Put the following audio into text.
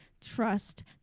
trust